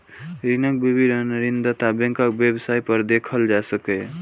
ऋणक विवरण ऋणदाता बैंकक वेबसाइट पर देखल जा सकैए